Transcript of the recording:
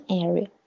area